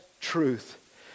truth